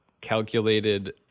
calculated